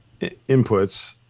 inputs